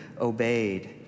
obeyed